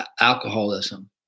alcoholism